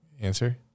Answer